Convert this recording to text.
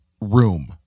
room